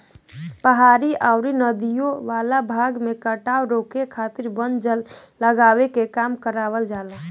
पहाड़ी अउरी नदियों वाला भाग में कटाव रोके खातिर वन लगावे के काम करवावल जाला